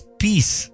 peace